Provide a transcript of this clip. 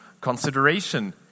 consideration